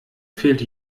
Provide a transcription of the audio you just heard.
fehlt